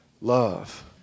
love